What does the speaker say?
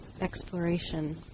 exploration